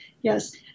yes